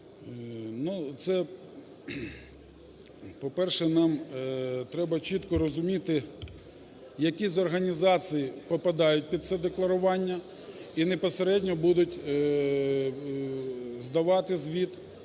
Ю.П. По-перше, нам треба чітко розуміти, які з організацій попадають під це декларування і безпосередньо будуть здавати звіт